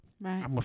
Right